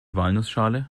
walnussschale